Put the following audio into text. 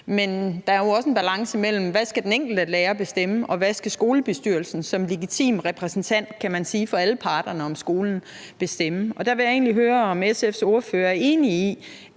men der er jo også en balance mellem, hvad den enkelte lærer skal bestemme, og hvad skolebestyrelsen som legitim repræsentant, kan man sige, for alle parterne omkring skolen skal bestemme. Der vil jeg egentlig høre, om SF's ordfører er enig i,